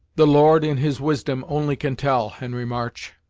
the lord, in his wisdom, only can tell, henry march!